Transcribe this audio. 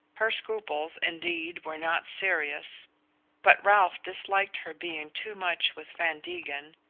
her scruples, indeed, were not serious but ralph disliked her being too much with van degen,